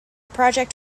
project